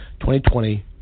2020